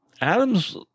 Adams